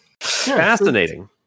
Fascinating